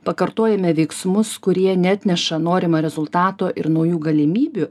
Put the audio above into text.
pakartojame veiksmus kurie neatneša norimo rezultato ir naujų galimybių